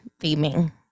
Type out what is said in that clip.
theming